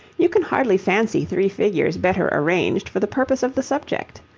you can hardly fancy three figures better arranged for the purpose of the subject.